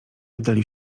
oddalił